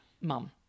mum